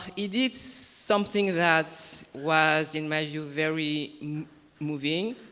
he did something that was in my view very moving.